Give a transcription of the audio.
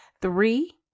Three